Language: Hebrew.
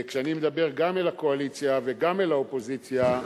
כשאני מדבר גם אל הקואליציה וגם אל האופוזיציה,